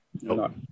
No